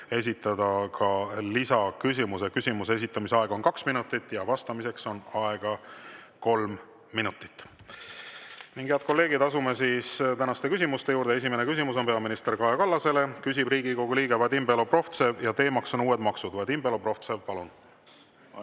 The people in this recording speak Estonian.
esitada lisaküsimuse. Küsimuse esitamise aeg on kaks minutit ja vastamiseks on aega kolm minutit. Head kolleegid, asume tänaste küsimuste juurde. Esimene küsimus on peaminister Kaja Kallasele, küsib Riigikogu liige Vadim Belobrovtsev ja teemaks on uued maksud. Vadim Belobrovtsev, palun!